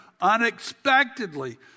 unexpectedly